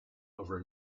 over